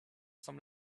some